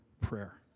prayer